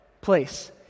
place